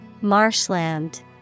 Marshland